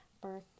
birth